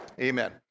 Amen